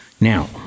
Now